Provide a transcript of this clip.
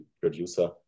producer